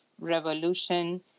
revolution